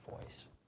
voice